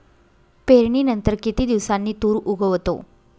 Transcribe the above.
पेरणीनंतर किती दिवसांनी तूर उगवतो?